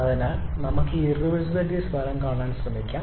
അതിനാൽ നമുക്ക് ഈ ഇർറിവേഴ്സിബിലിറ്റീസ് ഫലം കാണാൻ ശ്രമിക്കാം